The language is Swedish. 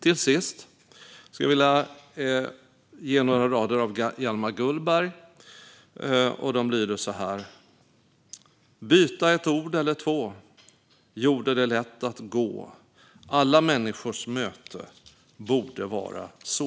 Till sist skulle jag vilja ge er några rader av Hjalmar Gullberg: Byta ett ord eller tvågjorde det lätt att gå. Alla människors möteborde vara så.